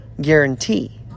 guarantee